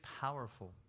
powerful